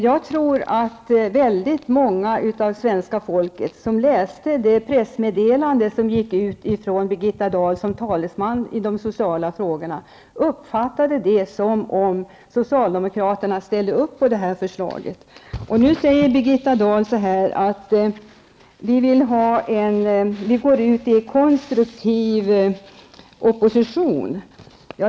Jag tror att många människor i Sverige som läste det pressmeddelandet som gick ut från Birgitta Dahl såsom talesman i de sociala frågorna, uppfattade det som om socialdemokraterna ställde upp på det här förslaget. Nu säger Birgitta Dahl att man går ut i en konstruktiv opposition.